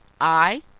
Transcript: i?